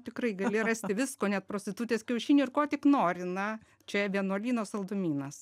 tikrai gali rasti visko net prostitutės kiaušinių ir ko tik nori na čia vienuolyno saldumynas